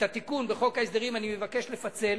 את התיקון בחוק ההסדרים אני מבקש לפצל.